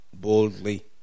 boldly